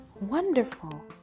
Wonderful